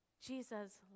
Jesus